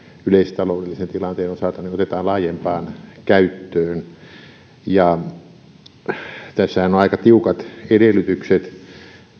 yleistaloudellisen tilanteen osalta laajempaan käyttöön tässähän on aika tiukat edellytykset